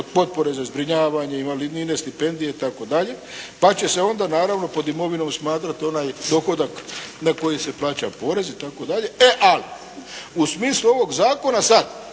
od potpore za zbrinjavanje, invalidnine, stipendije itd., pa će se onda naravno pod imovinom smatrat onaj dohodak na koji se plaća porez itd. E, ali u smislu ovog zakona sad